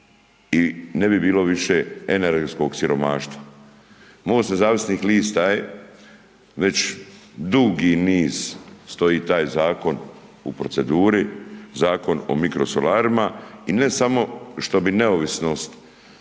i ne bi bilo više energetskog siromaštva. MOST nezavisnih lista je već dugi niz stoji taj zakon u proceduri, Zakon o mikrosolarima i ne samo što bi neovisnost